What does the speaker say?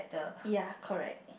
ya correct